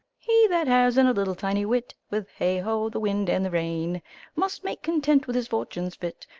he that has and a little tiny wit with hey, ho, the wind and the rain must make content with his fortunes fit,